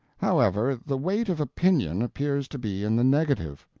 however, the weight of opinion appears to be in the negative.